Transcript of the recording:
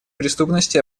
преступности